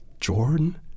Jordan